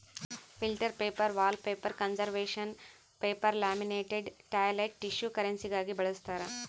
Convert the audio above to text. filter paper wallpaper conservation paper laminated toilet tissue ಕರೆನ್ಸಿಗಾಗಿ ಬಳಸ್ತಾರ